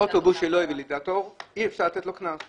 אז אוטובוס שאין בו ולידטור אי אפשר לתת לנוסעים קנס.